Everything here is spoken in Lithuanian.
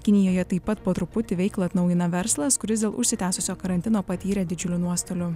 kinijoje taip pat po truputį veiklą atnaujina verslas kuris dėl užsitęsusio karantino patyrė didžiulių nuostolių